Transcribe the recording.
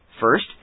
first